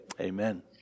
amen